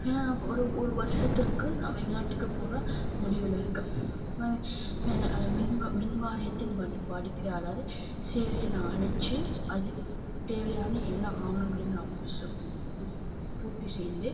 ஏன்னால் நான் இப்போ ஒரு ஒரு வருஷத்திற்கு நான் வெளிநாட்டுக்கு போகிற முடிவில் இருக்கேன் மின் வ மின்வாரியத்தின் வா வாடிக்கையாளர் சேவையை நான் அழைச்சி அதுக் தேவையான எல்லா ஆவணங்களும் நான் பூர்த்தி செய்து